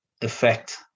effect